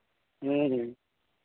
ह्म्म ह्म्म